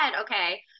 Okay